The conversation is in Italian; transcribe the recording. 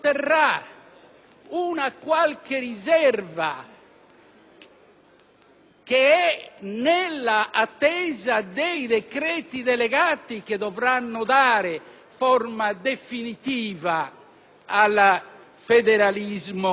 che è nella attesa dei decreti delegati che dovranno dare forma definitiva al federalismo fiscale. Quindi, si tratta